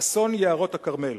אסון יערות הכרמל